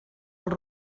els